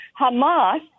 Hamas